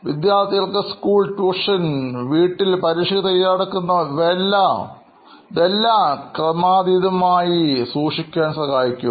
വിദ്യാർഥികൾക്ക് school tuition വീട്ടിൽ പരീക്ഷയ്ക്ക് തയ്യാറെടുക്കുന്നവ ഇതെല്ലാം ക്രമാതീതമായി സൂക്ഷിക്കാൻ സഹായിക്കും